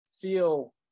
feel